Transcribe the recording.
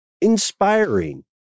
inspiring